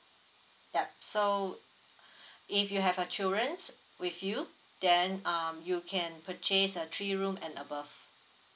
yup so if you have a children with you then um you can purchase a three room and above